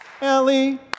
Ellie